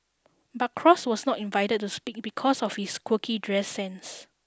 but Cross was not invited to speak because of his quirky dress sense